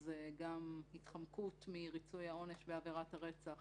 אז גם התחמקות מריצוי העונש בעבירת הרצח